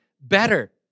better